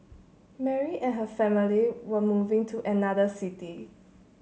Mary and her family were moving to another city